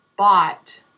Bought